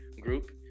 group